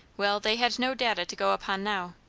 well, they had no data to go upon now.